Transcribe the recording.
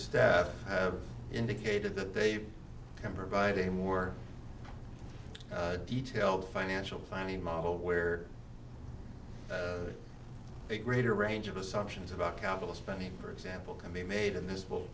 staff have indicated that they can provide a more detailed financial planning model where a greater range of assumptions about capital spending for example can be made in this